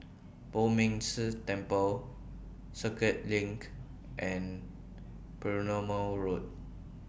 Poh Ming Tse Temple Circuit LINK and Perumal Road